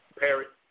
parrot